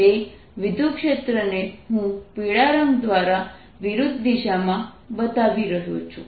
તે વિદ્યુતક્ષેત્રને હું પીળા રંગ દ્વારા વિરુદ્ધ દિશામાં બતાવી રહ્યો છું